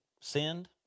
sinned